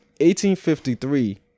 1853